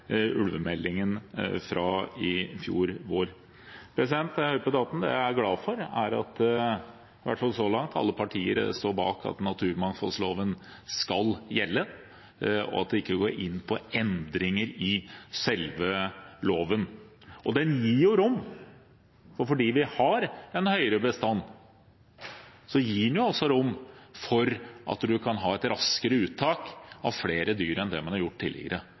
ulvemeldingen fra i fjor vår. Det jeg er glad for når jeg hører på debatten, er at alle partier – iallfall så langt – står bak at naturmangfoldloven skal gjelde, og at man ikke går inn på endringer i selve loven. Den gir rom, og fordi vi har en høyere bestand, gir den rom for at man kan ha et raskere uttak av flere dyr enn det man har gjort tidligere.